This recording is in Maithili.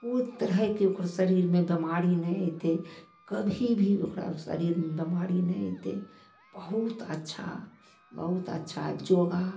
कोइ तरहके ओकर शरीरमे बीमारी नहि एतय कभी भी ओकरा शरीरमे बीमारी नहि एतय बहुत अच्छा बहुत अच्छा योगा